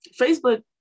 Facebook